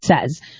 says –